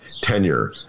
tenure